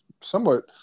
somewhat